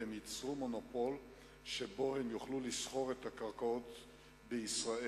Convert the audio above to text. והם ייצרו מונופול שבו הם יוכלו לסחור בקרקעות בישראל,